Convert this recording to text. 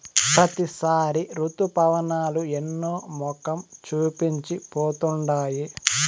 ప్రతిసారి రుతుపవనాలు ఎన్నో మొఖం చూపించి పోతుండాయి